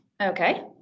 Okay